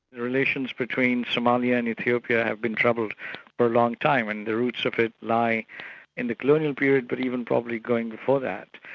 relations between somalia and ethiopia have been troubled for a long time and the roots of it lie in the colonial period, but even probably going before that.